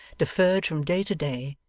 deferred from day to day,